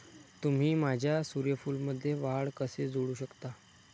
तुम्ही माझ्या सूर्यफूलमध्ये वाढ कसे जोडू शकता?